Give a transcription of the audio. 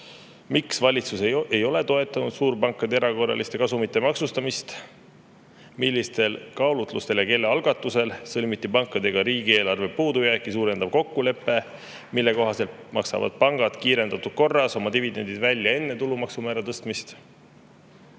Miks valitsus ei ole toetanud suurpankade erakorraliste kasumite maksustamist? Millistel kaalutlustel ja kelle algatusel sõlmiti pankadega riigieelarve puudujääki suurendav kokkulepe, mille kohaselt maksavad pangad kiirendatud korras oma dividendid välja enne tulumaksu määra tõstmist?